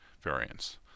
variance